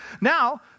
now